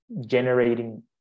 generating